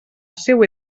seua